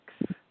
six